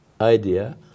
idea